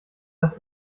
das